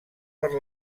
per